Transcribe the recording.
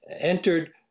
entered